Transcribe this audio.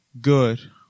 good